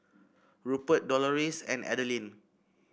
Rupert Dolores and Adelyn